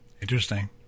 Interesting